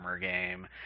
game